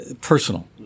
personal